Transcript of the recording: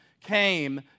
came